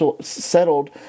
settled